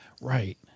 right